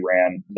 ran